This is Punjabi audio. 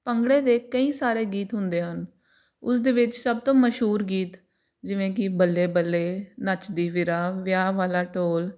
ਭੰਗੜੇ ਦੇ ਕਈ ਸਾਰੇ ਗੀਤ ਹੁੰਦੇ ਹਨ ਉਸ ਦੇ ਵਿੱਚ ਸਭ ਤੋਂ ਮਸ਼ਹੂਰ ਗੀਤ ਜਿਵੇਂ ਕਿ ਬੱਲੇ ਬੱਲੇ ਨੱਚਦੀ ਫਿਰਾਂ ਵਿਆਹ ਵਾਲਾ ਢੋਲ